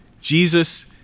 Jesus